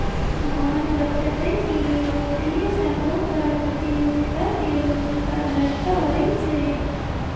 मोहन बतलकई कि यूरोपीय संघो कर प्रतियोगिता के भूमिका दर्शावाई छई